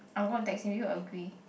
I'm gonna text him you agree